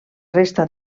resta